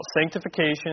sanctification